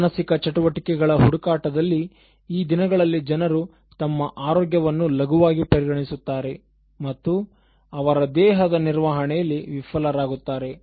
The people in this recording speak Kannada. ಮಾನಸಿಕ ಚಟುವಟಿಕೆಗಳ ಹುಡುಕಾಟದಲ್ಲಿ ಈ ದಿನಗಳಲ್ಲಿ ಜನರು ತಮ್ಮ ಆರೋಗ್ಯವನ್ನು ಲಘುವಾಗಿ ಪರಿಗಣಿಸುತ್ತಾರೆ ಮತ್ತು ಅವರ ದೇಹದ ನಿರ್ವಹಣೆಯಲ್ಲಿ ವಿಫಲರಾಗುತ್ತಾರೆ